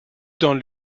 dans